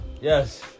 Yes